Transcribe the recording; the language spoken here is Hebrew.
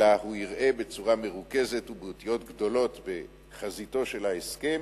אלא הוא יראה בצורה מרוכזת ובאותיות גדולות בחזיתו של ההסכם